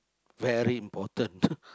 very important